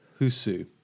Husu